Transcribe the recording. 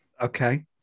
Okay